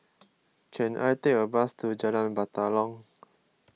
can I take a bus to Jalan Batalong